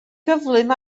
gyflym